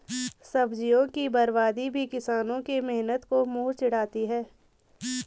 सब्जियों की बर्बादी भी किसानों के मेहनत को मुँह चिढ़ाती है